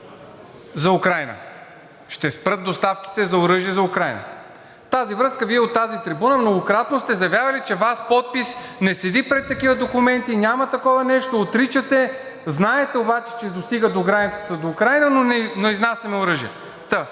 за Украйна. Ще спрат доставките за оръжие за Украйна! В тази връзка Вие от тази трибуна многократно сте заявявали, че Ваш подпис не седи под такива документи, няма такова нещо, отричате. Знаете обаче, че достига до границата, до Украйна, но не изнасяме оръжие. Та